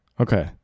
okay